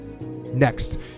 next